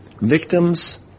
Victims